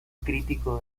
crítico